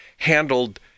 handled